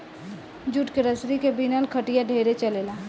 jute के रसरी के बिनल खटिया ढेरे चलेला